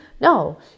No